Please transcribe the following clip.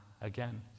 again